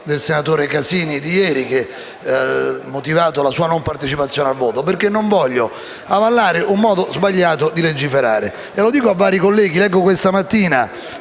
Grazie